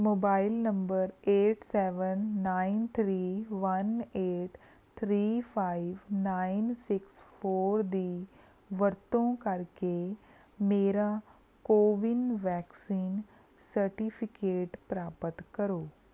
mobile number eight seven nine three one eight three five nine six four ਦੀ ਵਰਤੋਂ ਕਰਕੇ ਮੇਰਾ CoWIN vaccine certificate ਪ੍ਰਾਪਤ ਕਰੋ